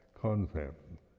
concept